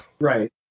Right